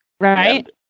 Right